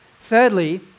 Thirdly